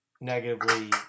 Negatively